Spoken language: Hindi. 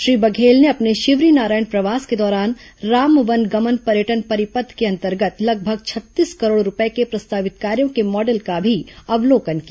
श्री बघेल ने अपने शिवरीनारायण प्रवास के दौरान राम वनगमन पर्यटन परिपथ के अंतर्गत लगभग छत्तीस करोड़ रूपये के प्रस्तावित कार्यों के मॉडल का भी अवलोकन किया